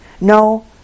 No